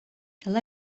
tal